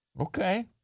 Okay